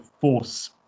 force